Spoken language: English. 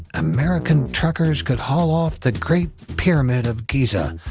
american truckers could haul off the great pyramid of giza,